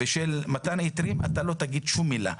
בכל מה שנוגע לאוקראינה,